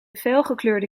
felgekleurde